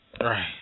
Right